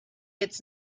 its